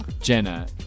Jenna